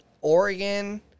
Oregon